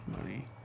money